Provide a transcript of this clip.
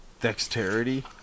dexterity